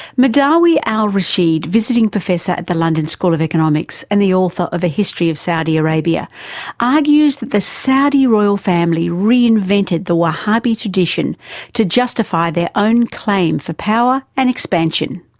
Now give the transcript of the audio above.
madawi al-rasheed, visiting professor at the london school of economics and the author of a history of saudi arabia argues that the saudi royal family reinvented the wahhabi tradition to justify their own claim for power and expansion.